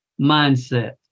mindset